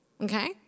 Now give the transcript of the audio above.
Okay